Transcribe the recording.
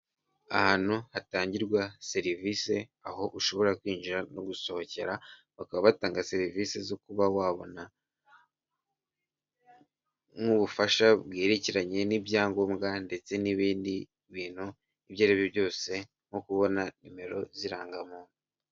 Ahantu hatangirwa serivisi aho ushobora kwinjira no gusohokera, bakaba batanga serivisi zo kuba wabona nk'ubufasha bwerekeranye n'ibyangombwa ndetse n'ibindi bintu ibyo ari byo byose, nko kubona nimero z'irangamuntu.